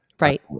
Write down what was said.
Right